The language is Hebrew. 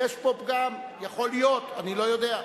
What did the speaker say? יש פה פגם, יכול להיות, אני לא יודע.